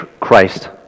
Christ